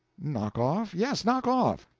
knock off yes, knock off.